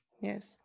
Yes